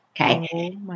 Okay